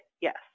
yes